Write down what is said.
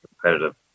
competitive